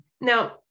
now